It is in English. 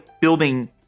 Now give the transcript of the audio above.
building